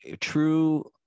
true